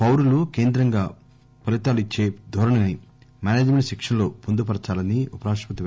పౌరులు కేంద్రంగా ఫలితాలు ఇచ్చే ధోరణిని మేనేజ్ మెంట్ శిక్షణ లో వొందుపరచాలని ఉపరాష్టపతి ఎం